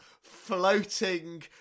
floating